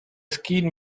skin